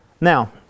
Now